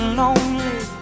lonely